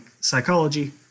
psychology